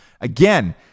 Again